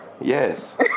Yes